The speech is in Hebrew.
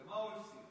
במה הוא הפסיד?